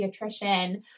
pediatrician